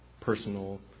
personal